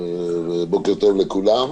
בוקר טוב לכולם,